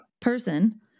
person